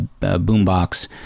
boombox